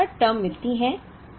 हमें 11 टर्म मिलती हैं